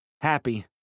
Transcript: happy